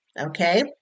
okay